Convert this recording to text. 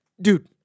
Dude